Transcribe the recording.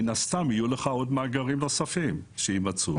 מן הסתם יהיו לך מאגרים נוספים שיימצאו.